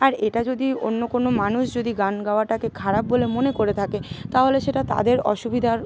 আর এটা যদি অন্য কোনো মানুষ যদি গান গাওয়াটাকে খারাপ বলে মনে করে থাকে তাহলে সেটা তাদের অসুবিধার